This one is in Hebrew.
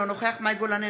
אינו נוכח מאי גולן,